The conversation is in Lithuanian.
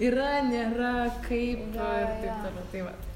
yra nėra kaip ir taip toliau tai vat